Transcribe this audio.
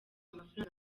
amafaranga